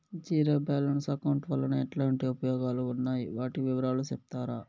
Zero balance account వలన ఎట్లాంటి ఉపయోగాలు ఉన్నాయి? వాటి వివరాలు సెప్తారా?